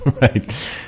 Right